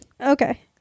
Okay